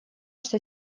что